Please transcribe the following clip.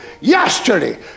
Yesterday